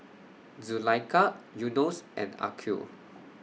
Zulaikha Yunos and Aqil